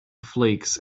flakes